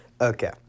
okay